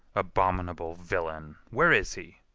abominable villain where is he?